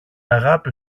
αγάπη